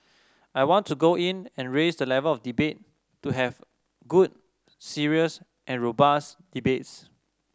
I want to go in and raise the level of debate to have good serious and robust debates